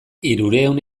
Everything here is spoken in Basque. hirurehun